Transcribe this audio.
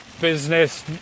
business